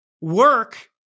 work